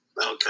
Okay